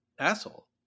asshole